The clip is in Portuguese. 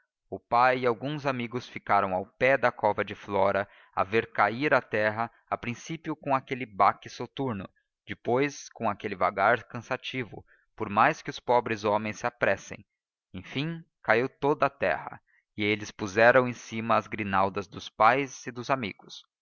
o pai e alguns amigos ficaram ao pé da cova de flora a ver cair a terra a princípio com aquele baque soturno depois com aquele vagar cansativo por mais que os pobres homens se apressem enfim caiu toda a terra e eles puseram em cima as grinaldas dos pais e dos amigos